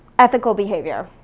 ethical behavior.